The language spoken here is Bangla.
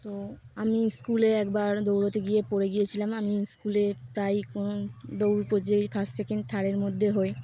তো আমি স্কুলে একবার দৌড়াতে গিয়ে পড়ে গিয়েছিলাম আমি স্কুলে প্রায়ই কোনো দৌড় পর্যায়েী ফার্স্ট সেকেন্ড থার্ডের মধ্যে হই